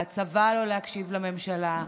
לצבא לא להקשיב לממשלה,